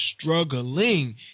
struggling